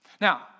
Now